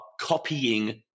copying